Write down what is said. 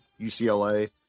UCLA